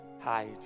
hide